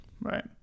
Right